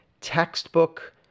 textbook